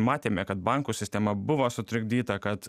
matėme kad bankų sistema buvo sutrikdyta kad